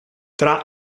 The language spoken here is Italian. tra